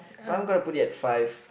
but I'm going to put it at five